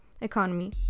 economy